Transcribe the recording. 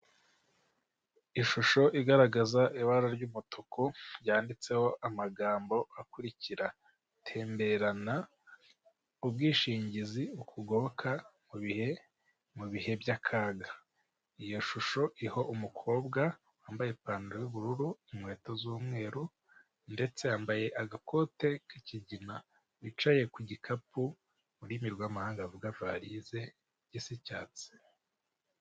Ishusho igaragaza ibara ry'umutuku ryanditseho amagambo akurikira: gutemberana ubwishingizi ukugoboka mu bihe mu bihe by'akaga iyo shusho iho umukobwa wambaye ipantaro y'ubururu, inkweto z'umweru ndetse yambaye agakote k'ikigina wicaye ku gikapu ururimi rw'amahanga bavuga varize isa icyatsi.